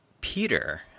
Peter